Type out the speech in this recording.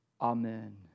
amen